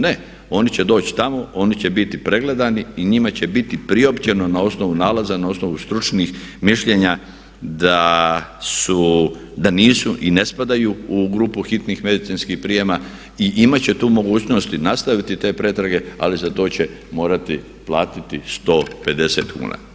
Ne, oni će doći tamo, oni će biti pregledani i njima će biti priopćeno na osnovu nalaza, na osnovu stručnih mišljenja da nisu i ne spadaju u grupu hitnih medicinskih prijema i imati će tu mogućnost i nastaviti te pretrage ali za to će morati platiti 150 kuna.